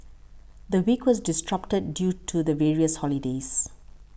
the week was disrupted due to the various holidays